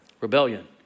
Rebellion